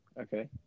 Okay